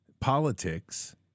politics